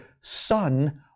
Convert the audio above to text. son